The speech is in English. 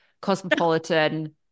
Cosmopolitan